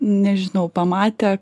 nežinau pamatę